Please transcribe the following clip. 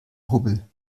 hubbel